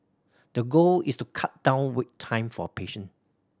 the goal is to cut down wait time for patient